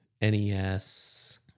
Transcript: NES